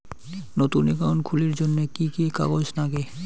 নতুন একাউন্ট খুলির জন্যে কি কি কাগজ নাগে?